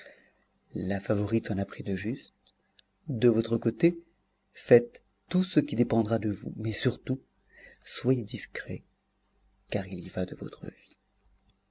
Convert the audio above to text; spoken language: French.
la favorite en a pris de justes de votre côté faites tout ce qui dépendra de vous mais surtout soyez discret car il y va de votre vie